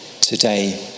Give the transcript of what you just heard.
today